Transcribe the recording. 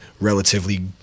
relatively